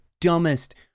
dumbest